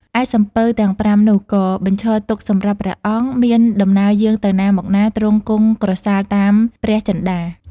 ឯសំពៅទាំង ៥ នោះ ក៏បញ្ឈរទុកសម្រាប់ព្រះអង្គមានដំណើរយាងទៅណាមកណា ទ្រង់គង់ក្រសាលតាមព្រះចិន្តា ។